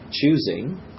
choosing